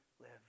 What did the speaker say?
live